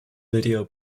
video